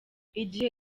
igihe